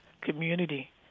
community